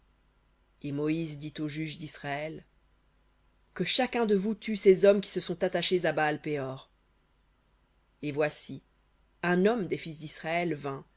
et moïse dit aux juges d'israël que chacun de vous tue ses hommes qui se sont attachés à baal péor et voici un homme des fils d'israël